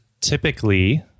typically